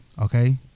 Okay